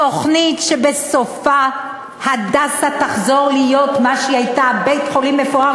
תוכנית שבסופה "הדסה" יחזור להיות מה שהוא היה: בית-חולים מפואר,